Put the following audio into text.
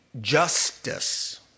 justice